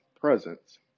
presence